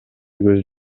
көз